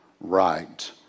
right